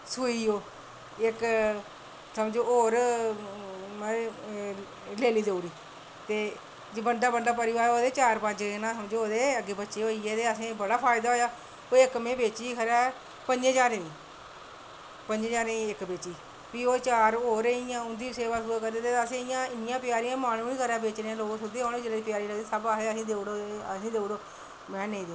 सूई ओह् इक समझो होर मतलव लेली देई ओड़ी ते बनदा बनदा परिवार समझो चार पंज बच्चे होई गे कते असेंगी बड़ा फ्यादा होया इक में बेची ही खबरै पंजै ज्हारें दी पंजें ज्हारें दी इक बेची फ्ही चार होर होई गेइयां उंदी सेवा सूवा करियै मन बी नी करै बेचने गी इन्नी प्यारी लगदी ही लोग आखदे हे असेंगी देई ओड़ो असेंगी देई ओड़ो महां नेईं देनी